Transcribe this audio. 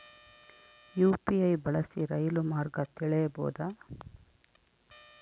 UPI ಬಳಸಿ ರೈಲು ಮಾರ್ಗ ತಿಳೇಬೋದ?